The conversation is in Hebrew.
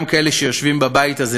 גם כאלה שיושבים בבית הזה,